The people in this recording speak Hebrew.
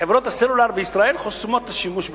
חברות הסלולר בישראל חוסמות את השימוש ב"סקייפ".